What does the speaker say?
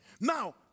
Now